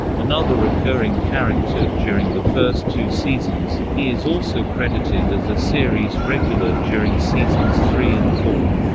another recurring character during the first two seasons, he is also credited as a series regular during seasons three and four.